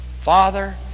Father